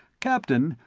captain,